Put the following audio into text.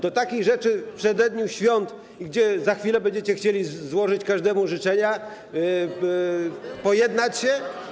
Do takich rzeczy w przededniu świąt, gdy za chwilę będziecie chcieli złożyć każdemu życzenia, pojednać się.